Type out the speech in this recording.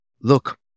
look